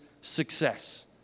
success